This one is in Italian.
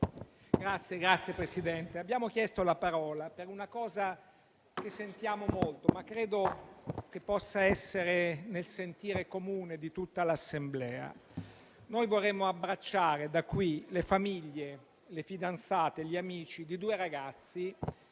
Signor Presidente, ho chiesto la parola per una cosa che sentiamo molto, ma che credo possa essere nel sentire comune di tutta l'Assemblea. Noi vorremmo abbracciare da qui le famiglie, le fidanzate, gli amici di due ragazzi